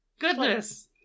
Goodness